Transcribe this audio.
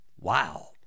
Wow